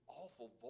awful